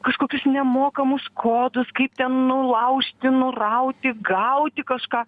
kažkokius nemokamus kodus kaip ten nulaužti nurauti gauti kažką